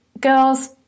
girls